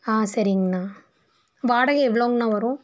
ஆ சரிங்ண்ணா வாடகை எவ்வளோங்ண்ணா வரும்